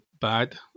bad